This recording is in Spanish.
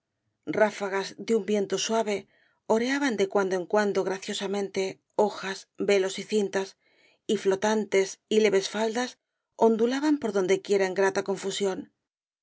ráfagas de un viento suave oreaban de cuando en cuando graciosamente hojas velos y cintas y flotantes y leves faldas ondulaban por dondequiera en grata confusión no de